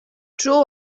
dro